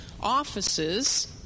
offices